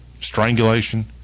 strangulation